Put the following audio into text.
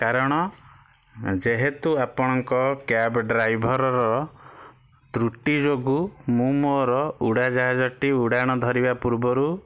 କାରଣ ଯେହେତୁ ଆପଣଙ୍କ କ୍ୟାବ ଡ୍ରାଇଭରର ତ୍ରୁଟି ଯୋଗୁଁ ମୁଁ ମୋର ଉଡ଼ାଜାହାଜଟି ଉଡ଼ାଣ ଧରିବା ପୂର୍ବରୁ